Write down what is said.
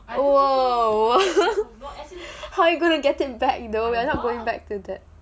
!whoa! !whoa! how are you going to get it back in the first place